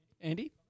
Andy